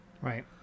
Right